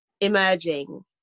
emerging